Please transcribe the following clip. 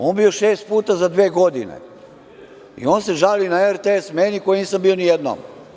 On je bio šest puta za dve godine i on se žali na RTS meni koji nisam bio ni jednom.